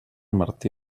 martí